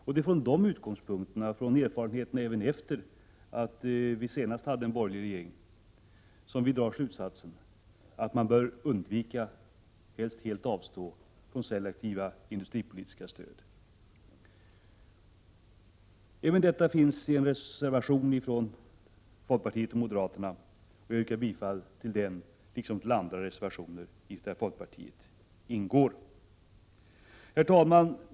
Det är från dessa utgångspunkter och med hänsyn till erfarenheterna även efter det vi senast hade en borgerlig regering som vi drar slutsatsen att man bör undvika och helst avstå från selektiva industripolitiska stöd. Även detta finns med i en reservation från folkpartiet och moderaterna, och jag yrkar bifall till den liksom till andra reservationer undertecknade av folkpartiledamöter. Herr talman!